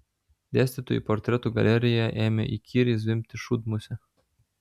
dėstytojų portretų galerijoje ėmė įkyriai zvimbti šūdmusė